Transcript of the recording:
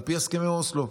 על פי הסכמי אוסלו.